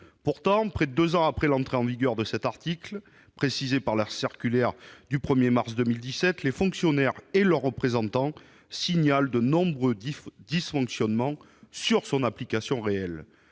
Pourtant, près de deux ans après l'entrée en vigueur de cet article, précisé par la circulaire du 1 mars 2017, les fonctionnaires et leurs représentants signalent de nombreux dysfonctionnements quant à son application.